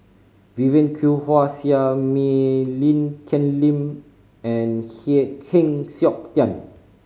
Vivien Quahe Seah Mei Lin Ken Lim and Heng Siok Tian